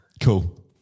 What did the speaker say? Cool